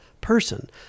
person